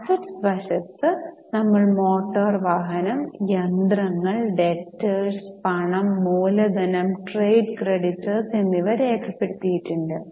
asset വശത്ത് ഞങ്ങൾ motor വാഹനം യന്ത്രങ്ങൾ ഡെറ്റോർസ് പണം മൂലധനം ട്രേഡ് ക്രെഡിറ്റർസ് എന്നിവ രേഖപ്പെടുത്തിയിട്ടുണ്ട്